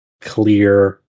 clear